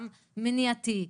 גם מניעתי,